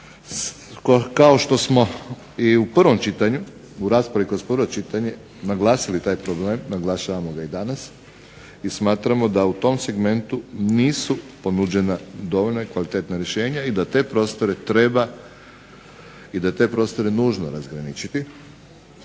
Kao što smo i u raspravi kroz prvo čitanje naglasili taj problem, naglašavamo ga i danas i smatramo da u tom segmentu nisu ponuđena dovoljna i kvalitetna rješenja i da te prostore treba i da je te prostore nužno razgraničiti